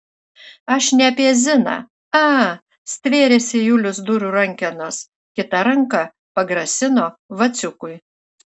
aš ne apie ziną a stvėrėsi julius durų rankenos kita ranka pagrasino vaciukui